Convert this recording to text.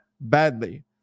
badly